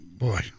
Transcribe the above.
Boy